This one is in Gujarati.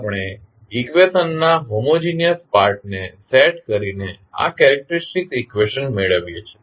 આપણે ઇકવેશનના હોમોજિનીયસ પાર્ટ ને સેટ કરીને આ કેરેક્ટેરીસ્ટીક ઇકવેશન મેળવીએ છીએ